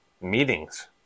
meetings